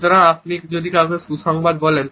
সুতরাং আপনি যদি কাউকে সুসংবাদ বলেন